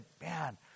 man